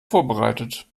vorbereitet